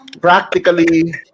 practically